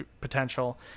potential